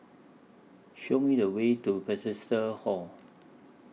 Show Me The Way to Bethesda Hall